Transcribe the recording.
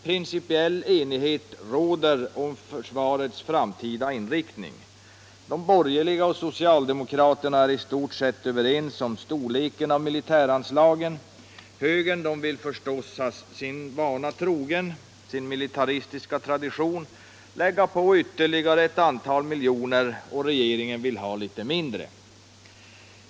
Principiell enighet råder om försvarets framtida inriktning. De borgerliga och socialdemokraterna är i stort sett överens om storleken av militäranslagen. Högern vill förstås, trogen sin militaristiska tradition, lägga på ytterligare ett antal miljoner, och regeringen vill ha litet mindre.